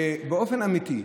באופן אמיתי,